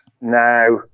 now